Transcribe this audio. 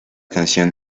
canción